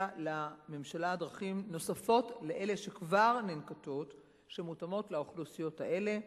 לממשלה דרכים נוספות על אלה שכבר ננקטות שמותאמות לאוכלוסיות האלה,